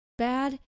bad